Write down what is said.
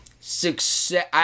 success